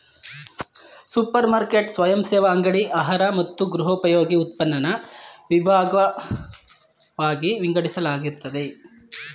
super market ಸ್ವಯಂಸೇವಾ ಅಂಗಡಿ ಆಹಾರ ಮತ್ತು ಗೃಹೋಪಯೋಗಿ ಉತ್ಪನ್ನನ ವಿಭಾಗ್ವಾಗಿ ವಿಂಗಡಿಸಲಾಗಿರ್ತದೆ